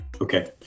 Okay